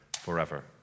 forever